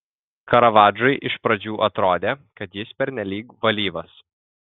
karavadžui iš pradžių atrodė kad jis pernelyg valyvas